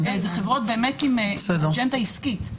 זה חברות עם אג'נדה עסקית.